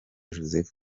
joseph